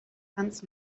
hans